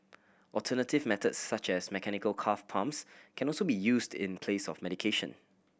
alternative method such as mechanical calf pumps can also be used in place of medication